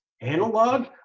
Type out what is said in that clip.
Analog